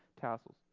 tassels